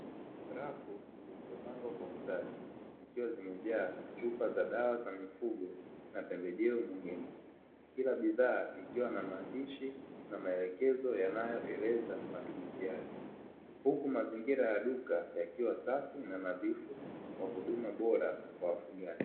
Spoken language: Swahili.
Rafu zilizopangwa kwa ustadi zikiwa zimejaa chupa za dawa za mifugo na pembejeo muhimu kila bidhaa ikiwa na maandishi na maelekezo yanayoeleza matumizi yake, huku mazingira ya duka yakiwa safi na nadhifu kwa huduma bora kwa wafugaji.